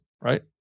Right